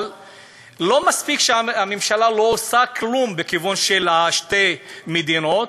אבל לא מספיק שהממשלה לא עושה כלום בכיוון של שתי מדינות,